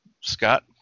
scott